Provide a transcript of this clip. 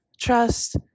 trust